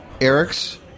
Eric's